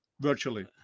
virtually